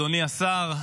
אדוני השר,